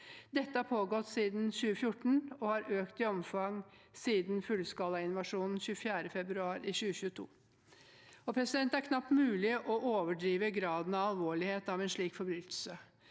Dette har pågått siden 2014 og har økt i omfang siden fullskalainvasjonen 24. februar 2022. Det er knapt mulig å overdrive graden av alvorlighet av en slik forbrytelse.